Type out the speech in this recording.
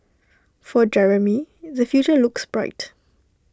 for Jeremy the future looks bright